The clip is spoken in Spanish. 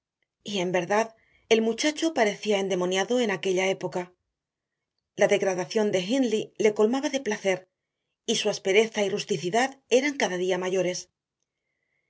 demonio y en verdad el muchacho parecía endemoniado en aquella época la degradación de hindley le colmaba de placer y su aspereza y rusticidad eran cada día mayores